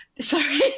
sorry